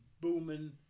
booming